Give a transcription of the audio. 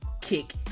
kick